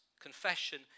Confession